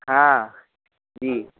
हा जि